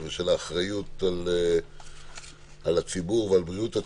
של האחריות על בריאות הציבור,